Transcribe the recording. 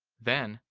then,